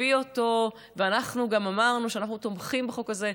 הביא אותו ואנחנו גם אמרנו שאנחנו תומכים בחוק הזה.